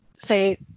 say